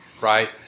right